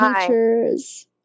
teachers